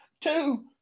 two